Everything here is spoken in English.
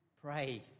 Pray